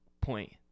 point